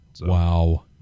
Wow